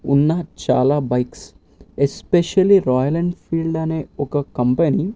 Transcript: ఉన్న చాలా bikes especially Royal Enfield అనే ఒక కంపెనీ